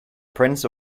prince